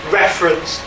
reference